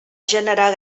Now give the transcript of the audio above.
generar